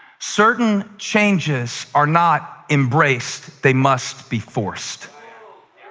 certain changes are not embraced they must be forced.